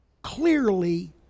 Clearly